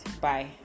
bye